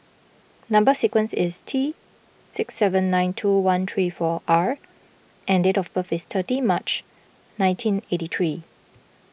Number Sequence is T six seven nine two one three four R and date of birth is thirty March nineteen eighty three